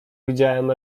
widziałem